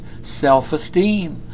self-esteem